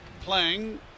playing